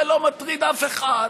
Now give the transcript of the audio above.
זה לא מטריד אף אחד.